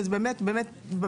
שזה באמת פנטסטי,